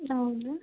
ಹೌದು